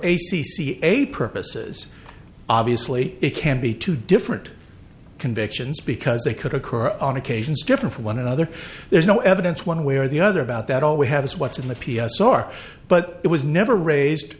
eight purposes obviously it can be two different convictions because they could occur on occasions different from one another there's no evidence one way or the other about that all we have is what's in the p s r but it was never raised